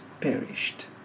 perished